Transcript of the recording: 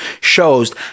shows